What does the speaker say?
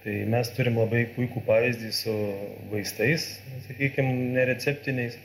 tai mes turim labai puikų pavyzdį su vaistais sakykim nereceptiniais